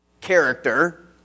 character